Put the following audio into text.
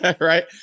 Right